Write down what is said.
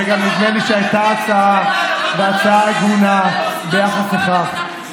וגם נדמה לי שהייתה הצעה, והצעה הגונה, ביחס לכך.